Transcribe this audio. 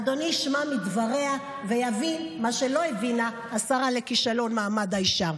אדוני ישמע מדבריה ויבין מה שלא הבינה השרה לכישלון מעמד האישה: